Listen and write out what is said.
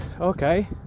Okay